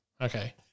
okay